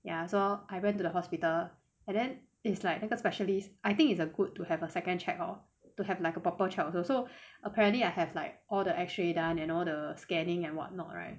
ya so I went to the hospital and then it's like 那个 specialist I think it's a good to have a second check out to have like a proper 巧合 so apparently I have like all the X ray done and all the scanning and what not right